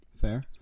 Fair